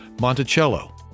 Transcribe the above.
Monticello